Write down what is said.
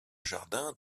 jardins